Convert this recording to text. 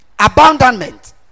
abandonment